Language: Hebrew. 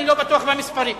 אני לא בטוח במספרים.